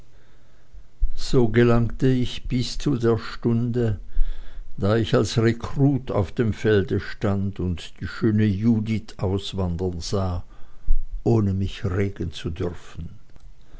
so gelangte ich bis zu der stunde da ich als rrekrut auf dem felde stand und die schöne judith auswandern sah ohne mich regen zu dürfen